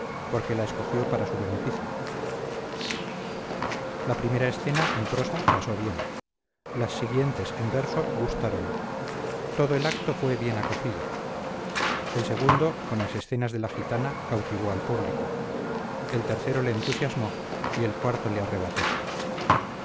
porque la escogió para su beneficio la primera escena en prosa pasó bien las siguientes en verso gustaron todo el acto fue bien acogido el segundo con las escenas de la gitana cautivó al público el tercero le entusiasmó y el cuarto le arrebató